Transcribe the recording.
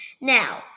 Now